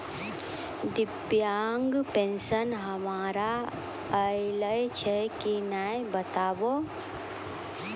दिव्यांग पेंशन हमर आयल छै कि नैय बताबू?